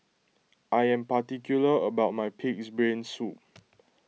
I am particular about my Pig's Brain Soup